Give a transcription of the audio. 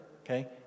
okay